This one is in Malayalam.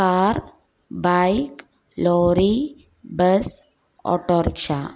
car bike lorry bus autorickshaw